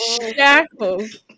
shackles